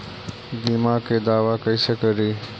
बीमा के दावा कैसे करी?